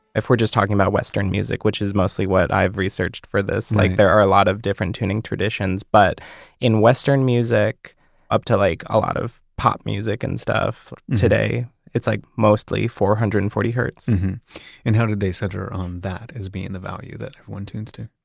if we're just talking about western music, which is mostly what i've researched for this, like there are a lot of different tuning traditions. but in western music up to like a lot of pop music and stuff, today it's like mostly four hundred and forty hertz how did they center um that as being the value that everyone tunes to?